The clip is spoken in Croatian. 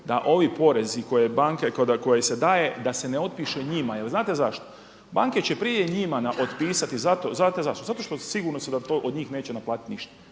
da ovi porezi koje se daje da se ne otpiše njima. Jel znate zašto? Banke će prije njima otpisati zato. Znate zašto? Zato što su sigurni da se to od njih neće naplatiti ništa